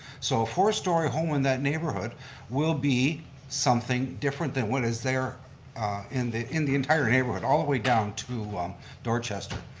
so a four story home in that neighborhood will be something different than what is there in the in the entire neighborhood all the way down to dorchester.